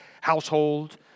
household